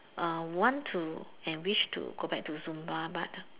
uh want to and wish to go back to Zumba but